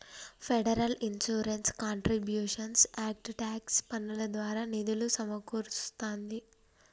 federal insurance contributions act tax పన్నుల ద్వారా నిధులు సమకూరుస్తాంది